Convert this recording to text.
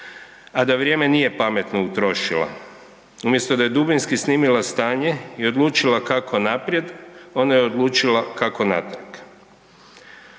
a da vrijeme nije pametno utrošila. Umjesto da je dubinski snimila stanje i odlučila kako naprijed, ona je odlučila kako natrag.